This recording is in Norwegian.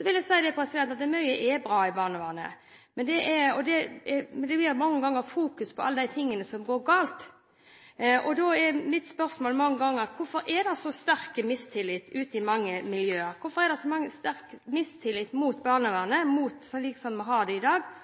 Mye er bra i barnevernet, men det blir mange ganger fokus på alt som går galt. Da er mitt spørsmål: Hvorfor er det så sterk mistillit i mange miljøer? Hvorfor er det så mye mistillit mot barnevernet, slik det er i dag, med